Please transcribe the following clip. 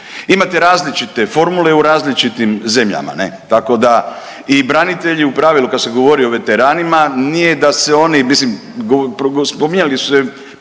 Imate različite formule u različitim zemljama, ne tako da i branitelji u pravilu kad se govori o veteranima nije da se oni mislim spominjali su se